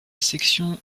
section